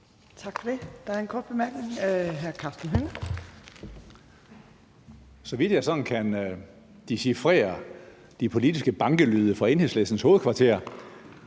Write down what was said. Tak for det. Der er en kort bemærkning